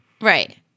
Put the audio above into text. Right